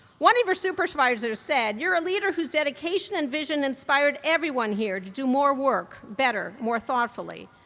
one of your supervisors said you're leader whose dedication and vision inspired everyone here to do more work, better, more thoughtfully.